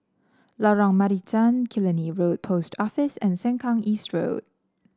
Lorong Marican Killiney Road Post Office and Sengkang East Road